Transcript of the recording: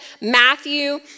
Matthew